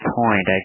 point